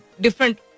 different